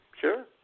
sure